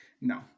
No